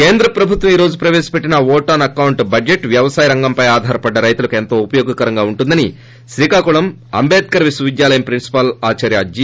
కేంద్ర ప్రభుత్వం ఈ రోజు ప్రవేశపెట్టిన వోట్ ఆస్ ఎకౌంటు బడ్జెట్ వ్యవసాయ రంగం పై ఆధారపడిన రైతులకు ఏంతో ఉపయోగకరంగా ఉంటుందని శ్రీకాకుళం అంబేద్కర్ విశ్వవిద్యాలయ ప్రిన్సిపాల్ ఆచార్య జి